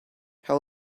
how